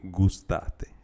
gustate